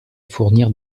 fournir